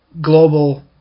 global